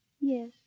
Yes